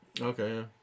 Okay